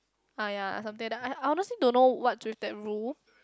ah ya something like that I I honestly don't know what's with that rule